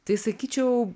tai sakyčiau